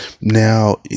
Now